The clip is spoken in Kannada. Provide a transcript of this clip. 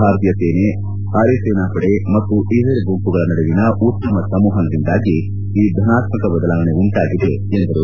ಭಾರತೀಯ ಸೇನೆ ಅರೆ ಸೇನಾಪಡೆ ಮತ್ತು ಇತರೆ ಗುಂಪುಗಳ ನಡುವಿನ ಉತ್ತಮ ಸಂವಹನದಿಂದಾಗಿ ಈ ಧನಾತ್ಕಕ ಬದಲಾವಣೆ ಉಂಟಾಗಿದೆ ಎಂದರು